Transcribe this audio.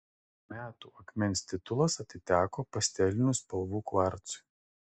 metų akmens titulas atiteko pastelinių spalvų kvarcui